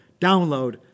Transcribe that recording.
download